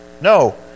No